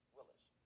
Willis